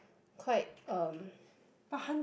quite um